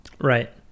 Right